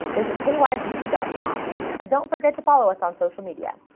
visit kybeef dot com and don't forget to follow us on social media!